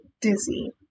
dizzy